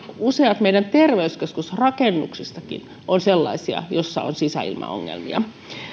useat meidän terveyskeskusrakennuksistammekin ovat sellaisia joissa on sisäilmaongelmia